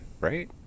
right